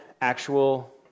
actual